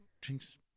drinks